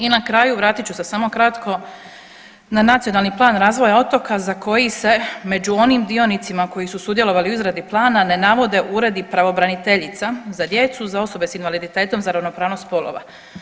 I na kraju vratit ću se samo kratko na Nacionalni plan razvoja otoka za koji se među onim dionicima koji su sudjelovali u izradi plana ne navode uredi pravobraniteljica za djecu, za osobe s invaliditetom, za ravnopravnost spolova.